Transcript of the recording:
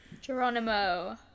Geronimo